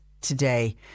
today